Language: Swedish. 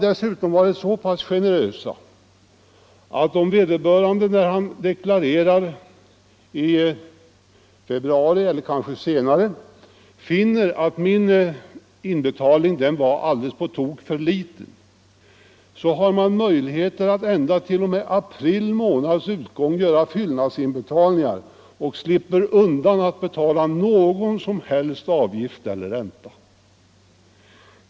Dessutom har vi varit så generösa att om vederbörande när han de klarerar — i februari månad eller kanske senare — finner att den gjorda inbetalningen varit för liten, har han möjlighet att ända t.o.m. april månads utgång göra fyllnadsinbetalningar, varigenom han slipper betala någon som helst avgift eller ränta.